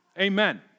Amen